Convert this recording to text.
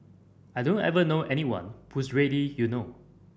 I don't ever know anyone who's ready you know